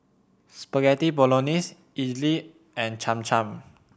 Spaghetti Bolognese Idili and Cham Cham